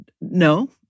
No